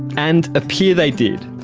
and appear they did,